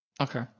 Okay